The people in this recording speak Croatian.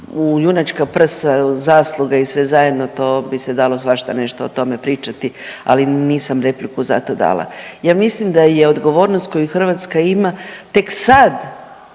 u junačka prsa, zasluge i sve zajedno to bi se dalo svašta nešto o tome pričati, ali nisam repliku zato dala. Ja mislim da je odgovornost koju Hrvatska ima tek sad